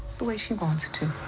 the way she wants to.